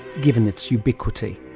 given its ubiquity.